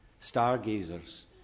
stargazers